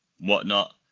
whatnot